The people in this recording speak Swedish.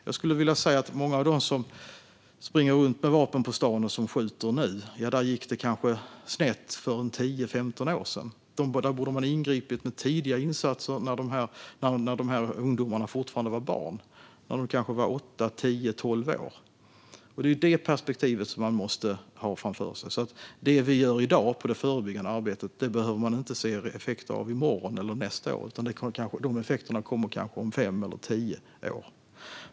Jag skulle vilja säga att det för många av dem som nu springer runt med vapen på stan och skjuter gick snett för kanske 10-15 år sedan. Där borde man ha ingripit med tidiga insatser, när de här ungdomarna fortfarande var barn - kanske när de var åtta, tio eller tolv år. Det är det perspektivet man måste ha för ögonen. Det vi gör i dag i form av förebyggande arbete behöver man alltså inte se effekterna av i morgon eller nästa år, utan de effekterna kommer kanske om fem eller tio år.